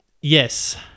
Yes